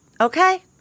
okay